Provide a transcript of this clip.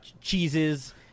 cheeses